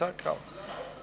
יותר קל,